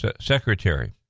Secretary